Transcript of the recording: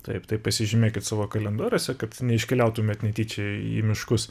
taip tai pasižymėkit savo kalendoriuose kad neiškeliautume netyčia į miškus